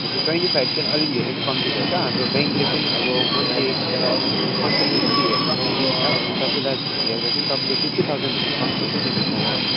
हजुर twenty five चाहिँ अलिकति धेरै नै कम्ती भयो त हाम्रो ब्याङ्कले चाहिँ अब मान्छेको पर्सनलिटी हेरेर पनि दिन्छ अनि तपाईँलाई हेर्दा चाहिँ तपाईँले फिफ्टी थाउजेन्डभन्दा कमको चाहिँ लिनु पाउँदैन